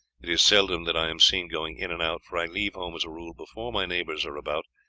it is seldom that i am seen going in and out, for i leave home as a rule before my neighbours are about,